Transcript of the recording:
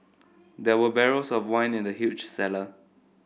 there were barrels of wine in the huge cellar